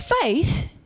Faith